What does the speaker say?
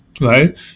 right